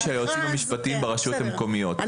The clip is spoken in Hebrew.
שהיועצים המשפטיים ברשויות המקומיות --- יתחילו להיערך,